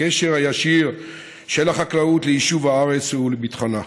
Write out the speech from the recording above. הקשר הישיר של החקלאות ליישוב הארץ ולביטחונה.